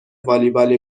والیبال